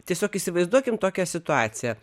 tiesiog įsivaizduokim tokią situaciją